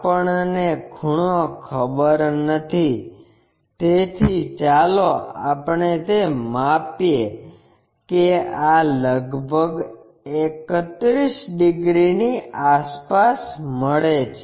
આપણને ખૂણો ખબર નથી તેથી ચાલો આપણે તે માપીએ કે આ લગભગ 31 ડિગ્રીની આસપાસ મળે છે